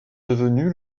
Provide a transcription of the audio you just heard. devenu